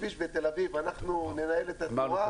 כביש בתל אביב ואנחנו ננהל את התנועה,